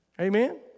Amen